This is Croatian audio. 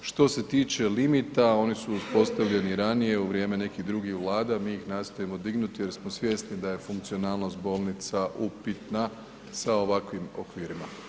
Što se tiče limita, oni su uspostavljeni ranije u vrijeme nekih drugih Vlada, mi ih nastojimo dignuti jer smo svjesni da je funkcionalnost bolnica upitna sa ovakvim okvirima.